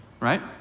right